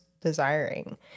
desiring